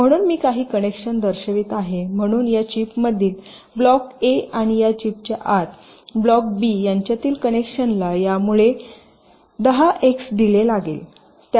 म्हणून मी काही कनेक्शन दर्शवित आहे म्हणून या चिपमधील ब्लॉक ए आणि या चिपच्या आत ब्लॉक बी यांच्यातील कनेक्शनला यामुळे 10 एक्स डीले लागेल